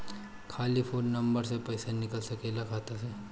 खाली phone number से पईसा निकल सकेला खाता से?